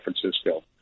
Francisco